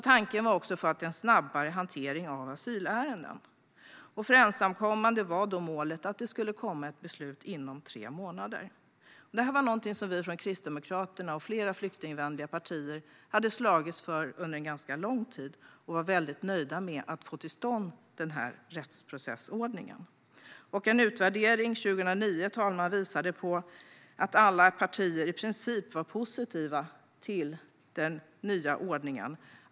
Tanken var också att det skulle bli en snabbare hantering av asylärenden. För ensamkommande var målet att det skulle fattas ett beslut inom tre månader. Det här hade vi från Kristdemokraterna och flera flyktingvänliga partier slagits för under en ganska lång tid. Vi var väldigt nöjda med att få till stånd denna rättsprocessordning. En utvärdering från 2009 visade att i princip alla partier var positiva till den nya ordningen.